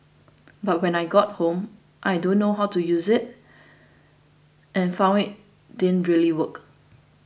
but when I got home I don't know how to use it and found it didn't really work